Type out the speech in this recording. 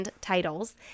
titles